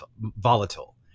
volatile